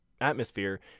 atmosphere